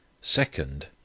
second